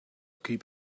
keep